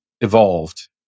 evolved